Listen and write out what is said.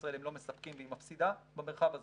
ישראל הם לא מספקים והיא מפסידה במרחב הזה,